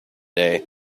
day